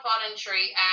voluntary